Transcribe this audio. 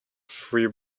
three